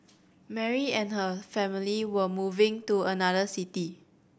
Mary and her family were moving to another city